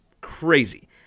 crazy